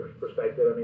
perspective